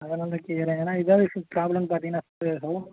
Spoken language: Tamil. அதனால் தான் கேட்குறேன் ஏன்னால் சம் ப்ராப்ளம் பார்த்தீங்கன்னா சார் ஹலோ